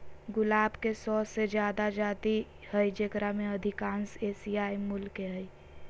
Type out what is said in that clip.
गुलाब के सो से जादा जाति हइ जेकरा में अधिकांश एशियाई मूल के हइ